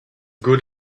good